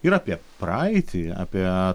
ir apie praeitį apie